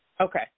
Okay